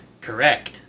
Correct